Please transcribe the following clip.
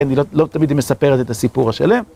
כן, היא לא... לא תמיד היא מספרת את הסיפור השלם.